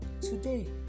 today